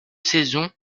saisons